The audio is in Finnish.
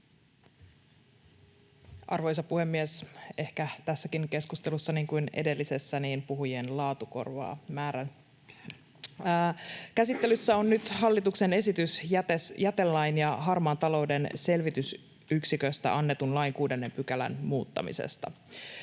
Arvoisa puhemies! Ehkä tässäkin keskustelussa, niin kuin edellisessä, puhujien laatu korvaa määrän. Käsittelyssä on nyt hallituksen esitys jätelain ja Harmaan talouden selvitysyksiköstä annetun lain 6 §:n muuttamisesta.